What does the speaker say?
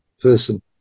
person